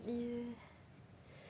!ee!